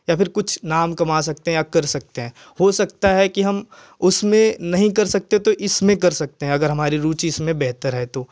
या फ़िर कुछ नाम कमा सकते हैं या कर सकते हैं हो सकता है की हम उसमें नहीं कर सकते तो इसमें कर सकते हैं अगर हमारी रूचि इसमें बेहतर है तो